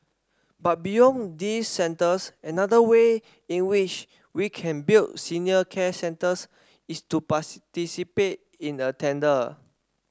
but beyond these centres another way in which we can build senior care centres is to in a tender